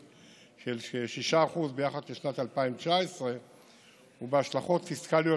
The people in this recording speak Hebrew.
של 6% ביחס לשנת 2019 ובהשלכות פיסקליות